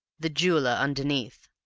the jeweller underneath.